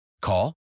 Call